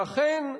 ואכן,